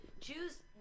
Choose